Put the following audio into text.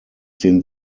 den